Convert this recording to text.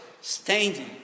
standing